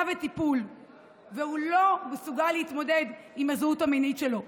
וטיפול והוא לא מסוגל להתמודד עם הזהות המינית שלו,